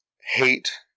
hate